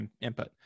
input